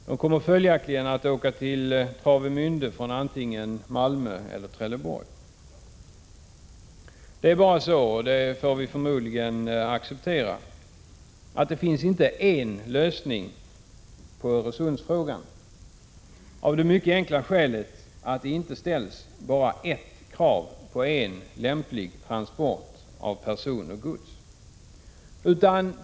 De kommer följaktligen att åka till Travemände från antingen Malmö eller Trelleborg. Det är bara så — och det får vi förmodligen acceptera — att det finns inte en lösning på Öresundsfrågan av det mycket enkla skälet att det inte ställs bara ett krav på en lämplig transport av person och gods.